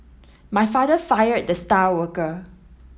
my father fired the star worker